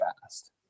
fast